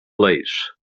lace